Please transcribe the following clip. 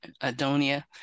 Adonia